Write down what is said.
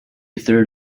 third